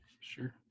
Sure